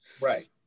Right